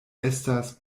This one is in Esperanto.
estas